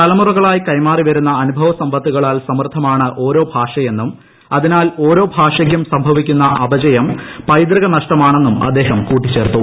തലമുറകളായി കൈമാറിവരുന്ന അനുഭവ സമ്പത്തുകളാൽ സമൃദ്ധമാണ്ട് ഓരോ ഭാഷയെന്നും അതിനാൽ ഓരോ ഭാഷയ്ക്കും സംഭൂപ്പിക്കുന്ന അപചയം പൈതൃക നഷ്ടമാണെന്നും അദ്ദേഹം കൂട്ടിച്ചേർത്തു